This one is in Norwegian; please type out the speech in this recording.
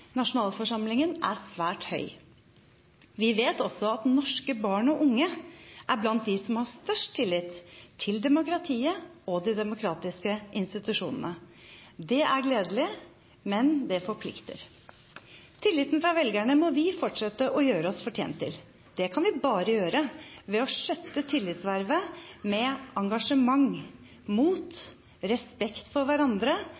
nasjonalforsamlingen er svært høy. Vi vet også at norske barn og unge er blant dem som har størst tillit til demokratiet og de demokratiske institusjonene. Det er gledelig, men det forplikter. Tilliten fra velgerne må vi fortsette å gjøre oss fortjent til. Det kan vi bare gjøre ved å skjøtte tillitsvervet med engasjement, mot, respekt for hverandre